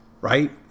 right